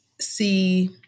see